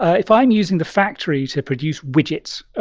ah if i'm using the factory to produce widgets,